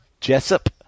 Jessup